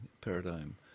paradigm